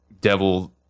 devil